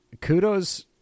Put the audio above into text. kudos